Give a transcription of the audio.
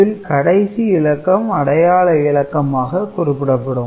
இதில் கடைசி இலக்கம் அடையாள இலக்கமாக குறிப்பிடப்படும்